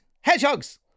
hedgehogs